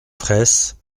fraysse